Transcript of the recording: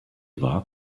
war